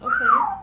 Okay